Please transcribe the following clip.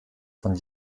von